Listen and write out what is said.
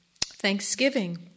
Thanksgiving